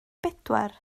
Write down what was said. bedwar